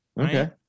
Okay